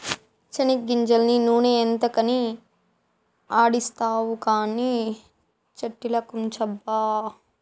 చెనిగ్గింజలన్నీ నూనె ఎంతకని ఆడిస్తావు కానీ చట్ట్నిలకుంచబ్బా